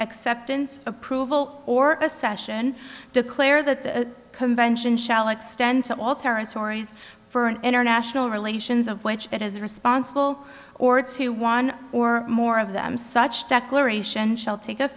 acceptance approval or a session declare that the convention shall extend to all territories for an international relations of which it is responsible or to one or more of them such declaration shall t